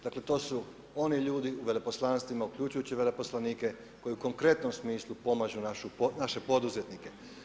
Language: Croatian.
Dakle to su oni ljudi u veleposlanstvima uključujući veleposlanike koji u konkretnom smislu pomažu naše poduzetnike.